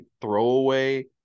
throwaway